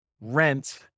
rent